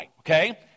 okay